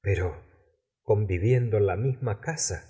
pero conviviendo en la misma casa